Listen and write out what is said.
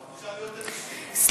אפשר להיות אדישים?